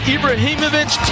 Ibrahimovic